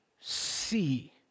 see